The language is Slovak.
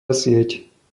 sieť